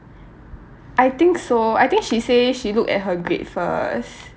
I think so I think she say she look at her grade first